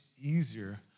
easier